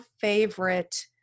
favorite